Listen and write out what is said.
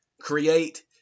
create